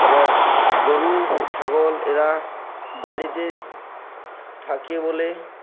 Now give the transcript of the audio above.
এবং গরু ছাগল এরা বাড়িতে থাকে বলে